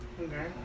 Okay